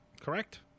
Correct